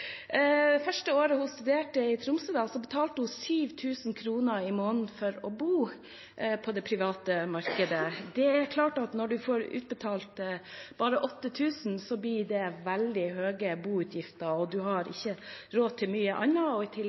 Det første året hun studerte i Tromsø, betalte hun 7 000 kr i måneden i det private markedet for å bo. Det er klart at når en får utbetalt bare 8 000 kr, blir dette veldig høye boutgifter, og en har ikke råd til mye annet. I